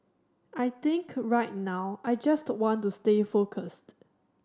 I think right now I just want to stay focused